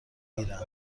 میگیرم